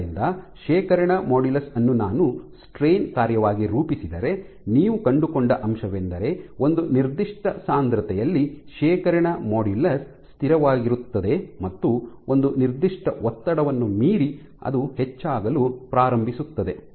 ಆದ್ದರಿಂದ ಶೇಖರಣಾ ಮಾಡ್ಯುಲಸ್ ಅನ್ನು ನಾನು ಸ್ಟ್ರೈನ್ ಕಾರ್ಯವಾಗಿ ರೂಪಿಸಿದರೆ ನೀವು ಕಂಡುಕೊಂಡ ಅಂಶವೆಂದರೆ ಒಂದು ನಿರ್ದಿಷ್ಟ ಸಾಂದ್ರತೆಯಲ್ಲಿ ಶೇಖರಣಾ ಮಾಡ್ಯುಲಸ್ ಸ್ಥಿರವಾಗಿರುತ್ತದೆ ಮತ್ತು ಒಂದು ನಿರ್ದಿಷ್ಟ ಒತ್ತಡವನ್ನು ಮೀರಿ ಅದು ಹೆಚ್ಚಾಗಲು ಪ್ರಾರಂಭಿಸುತ್ತದೆ